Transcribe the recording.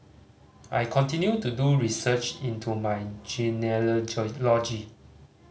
I continue to do research into my